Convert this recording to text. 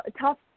Tough